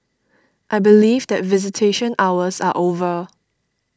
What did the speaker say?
I believe that visitation hours are over